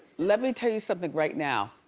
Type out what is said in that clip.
let me tell you something right now.